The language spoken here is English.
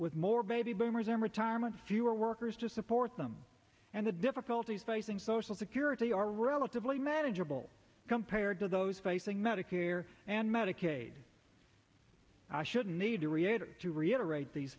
with more baby boomers and retirement fewer workers to support them and the difficulties facing social security are relatively manageable compared to those facing medicare and medicaid i should need to reiterate t